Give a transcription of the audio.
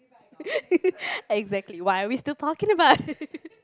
exactly why are we still talking about it